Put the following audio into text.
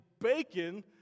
bacon